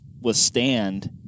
withstand